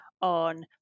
on